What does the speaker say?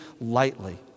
lightly